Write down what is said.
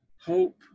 hope